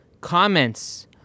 comments